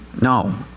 No